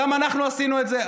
גם אנחנו עשינו את זה.